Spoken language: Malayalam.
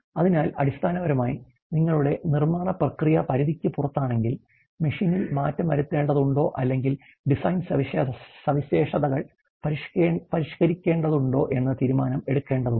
അതിനാൽ അടിസ്ഥാനപരമായി നിങ്ങളുടെ നിർമ്മാണ പ്രക്രിയ പരിധിക്ക് പുറത്താണെങ്കിൽ മെഷീനിൽ മാറ്റം വരുത്തേണ്ടതുണ്ടോ അല്ലെങ്കിൽ ഡിസൈൻ സവിശേഷതകൾ പരിഷ്കരിക്കേണ്ടതുണ്ടോ എന്ന് തീരുമാനം എടുക്കേണ്ടതുണ്ട്